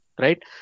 right